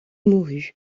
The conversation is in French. mourut